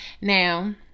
Now